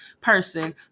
person